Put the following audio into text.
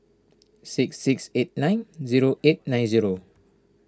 six six eight nine zero eight nine zero